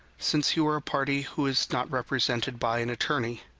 since you are a party who is not represented by an attorney.